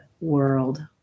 world